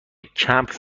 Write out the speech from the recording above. کمپ